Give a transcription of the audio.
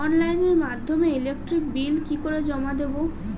অনলাইনের মাধ্যমে electric bill কি করে জমা দেবো?